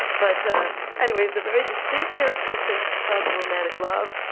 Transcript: but anyway, it's very distinct characteristics of romantic love.